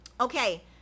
okay